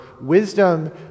Wisdom